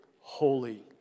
holy